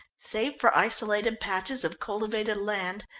save for isolated patches of cultivated land,